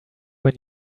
when